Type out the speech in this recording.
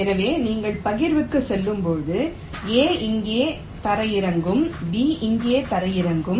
எனவே நீங்கள் பகிர்வுக்குச் செல்லும்போது A இங்கே தரையிறங்கும் B அங்கு தரையிறங்கும்